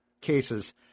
cases